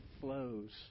flows